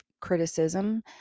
criticism